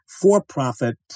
for-profit